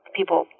people